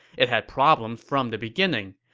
it had problems from the beginning.